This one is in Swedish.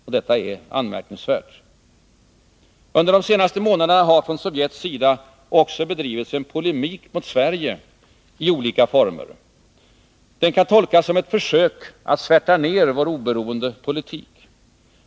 Och detta är anmärkningsvärt. Under de senaste månaderna har från Sovjets sida också bedrivits en polemik mot Sverige i olika former. Den kan tolkas som ett försök att svärta ner vår oberoende politik.